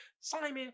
Simon